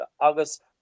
August